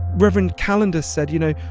reverend callender said, you know,